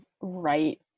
right